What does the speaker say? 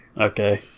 okay